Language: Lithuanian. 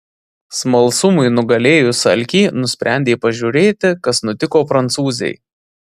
smalsumui nugalėjus alkį nusprendė pažiūrėti kas nutiko prancūzei